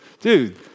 dude